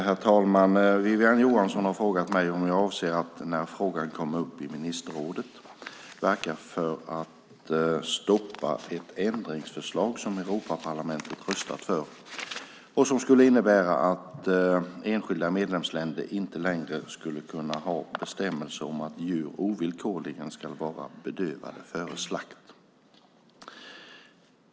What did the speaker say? Herr talman! Wiwi-Anne Johansson har frågat mig om jag avser att - när frågan kommer upp i ministerrådet - verka för att stoppa ett ändringsförslag som Europaparlamentet röstat för och som skulle innebära att enskilda medlemsländer inte längre skulle kunna ha bestämmelser om att djur ovillkorligen ska vara bedövade före slakt.